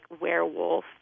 werewolf